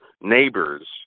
neighbors